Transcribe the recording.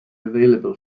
available